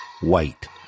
white